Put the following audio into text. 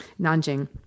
Nanjing